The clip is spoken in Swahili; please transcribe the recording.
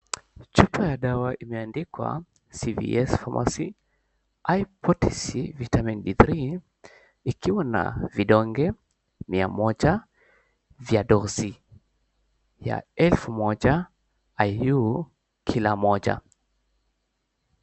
Chupa ya dawa imeandikwa, CVS Pharmacy High-Potency Vitamin D3, ikiwa na vidonge 100 vya dosi ya 1000 IU kila moja.